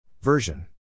Version